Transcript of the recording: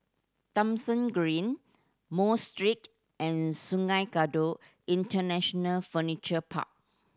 Thomson Green Mosque Street and Sungei Kadut International Furniture Park